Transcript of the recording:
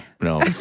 No